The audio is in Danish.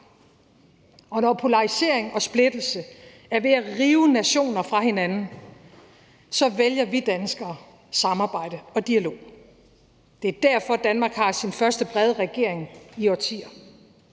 Når polarisering og splittelse er ved at rive nationer fra hinanden, vælger vi danskere samarbejde og dialog. Det er derfor, Danmark har sin første brede regering i årtier.